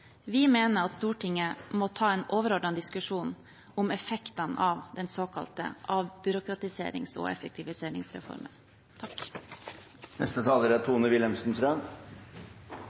Vi mener at Stortinget må ta en overordnet diskusjon om effekten av den såkalte avbyråkratiserings- og effektiviseringsreformen. Det er